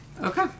Okay